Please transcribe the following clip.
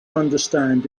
understand